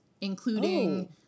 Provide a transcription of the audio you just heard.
including